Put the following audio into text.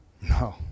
No